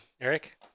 Eric